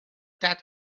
that